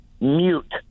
mute